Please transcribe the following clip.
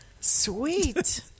Sweet